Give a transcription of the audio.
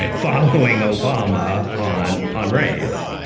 ah following obama on on race.